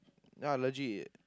ya legit